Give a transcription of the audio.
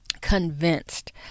convinced